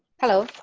hello,